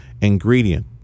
ingredient